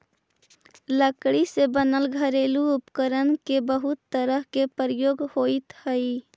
लकड़ी से बनल घरेलू उपकरण के बहुत तरह से प्रयोग होइत हइ